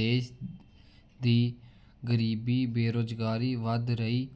ਦੇਸ਼ ਦੀ ਗਰੀਬੀ ਬੇਰੁਜ਼ਗਾਰੀ ਵੱਧ ਰਹੀ